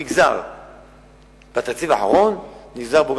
של ההצעות הללו.